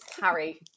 Harry